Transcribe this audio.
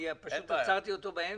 אני פשוט עצרתי אותו באמצע.